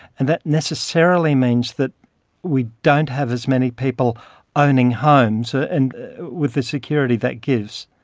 and that necessarily means that we don't have as many people owning homes, and with the security that gives.